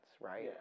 right